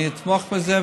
אני אתמוך בזה,